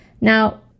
Now